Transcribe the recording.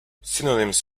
synonyms